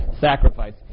sacrifice